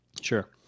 Sure